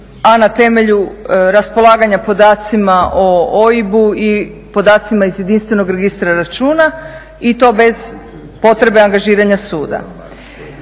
a na temelju raspolaganja podacima o OIB-u i podacima iz jedinstvenog registra računa i to bez potrebe angažiranja suda.